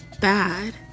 bad